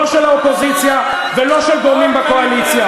לא של האופוזיציה ולא של גורמים בקואליציה.